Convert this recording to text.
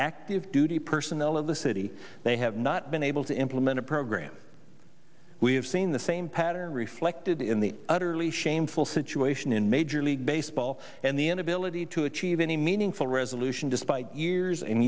active duty personnel of the city they have not been able to implement a program we have seen the same pattern reflected in the utterly shameful situation in major league baseball and the inability to achieve any meaningful resolution despite years and